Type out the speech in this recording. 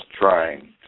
trying